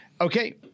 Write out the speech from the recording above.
Okay